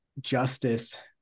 justice